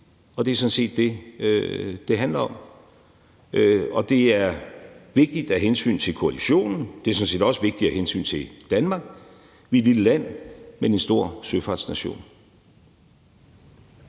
og det er sådan set det, det handler om. Det er vigtigt af hensyn til koalitionen, og det er sådan set også vigtigt af hensyn til Danmark. Vi er et lille land, men en stor søfartsnation.